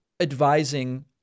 advising